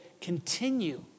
continue